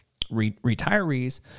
retirees